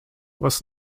was